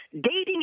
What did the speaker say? Dating